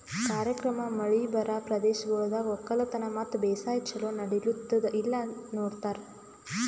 ಕಾರ್ಯಕ್ರಮ ಮಳಿ ಬರಾ ಪ್ರದೇಶಗೊಳ್ದಾಗ್ ಒಕ್ಕಲತನ ಮತ್ತ ಬೇಸಾಯ ಛಲೋ ನಡಿಲ್ಲುತ್ತುದ ಇಲ್ಲಾ ನೋಡ್ತಾರ್